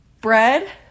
Bread